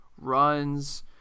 runs